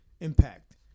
impact